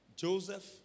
Joseph